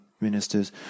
ministers